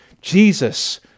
Jesus